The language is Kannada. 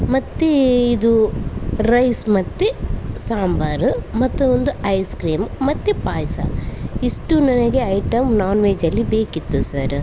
ಮತ್ತೆ ಇದು ರೈಸ್ ಮತ್ತು ಸಾಂಬಾರು ಮತ್ತು ಒಂದು ಐಸ್ಕ್ರೀಮ್ ಮತ್ತು ಪಾಯಸ ಇಷ್ಟು ನನಗೆ ಐಟಮ್ ನಾನ್ವೆಜಲ್ಲಿ ಬೇಕಿತ್ತು ಸರ್